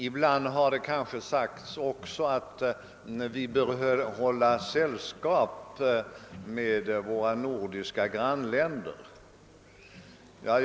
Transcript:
Ibland har det också sagts att vi bör göra våra nordiska grannländer sällskap.